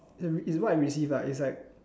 uh is what I received ah is like